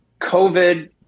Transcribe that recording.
covid